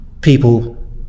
People